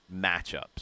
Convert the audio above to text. matchups